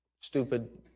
stupid